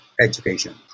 education